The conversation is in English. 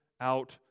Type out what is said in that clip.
out